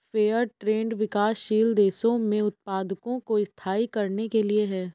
fair trade विकासशील देशों में उत्पादकों को स्थायी करने के लिए है